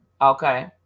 okay